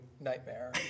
nightmare